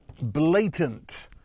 blatant